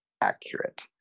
accurate